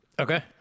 Okay